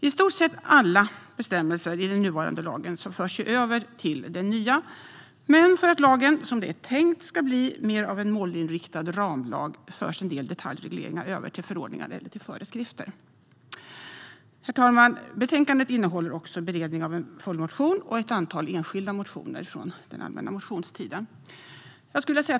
I stort sett förs alla bestämmelser i den nuvarande lagen över till den nya lagen, men för att det ska bli mer av en målinriktad ramlag, som det är tänkt, förs en del detaljregleringar över till förordningar eller föreskrifter. Herr talman! Betänkandet innehåller också beredning av en följdmotion och ett antal enskilda motioner från allmänna motionstiden.